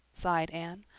sighed anne.